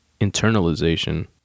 internalization